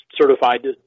certified